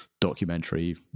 documentary